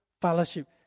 fellowship